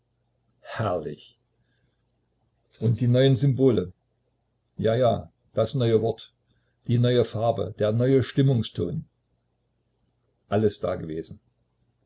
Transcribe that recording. herrlich und die neuen symbole ja ja das neue wort die neue farbe der neue stimmungston alles dagewesen